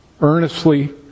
Earnestly